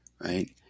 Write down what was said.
right